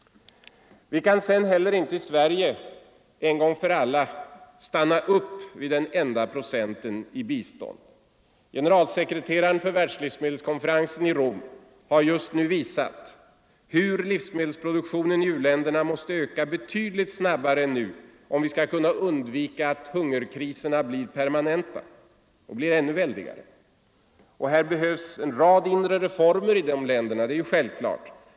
Vi kan inte heller i Sverige en gång för alla stanna upp vid den enda procenten i bistånd. Generalsekreteraren för världslivsmedelskonferensen i Rom har just nu visat hur livsmedelsproduktionen i u-länderna måste öka betydligt snabbare än nu om vi skall kunna undvika att hungerskriserna blir permanenta och ännu väldigare. Det är självklart att här behövs en rad inre reformer i dessa länder.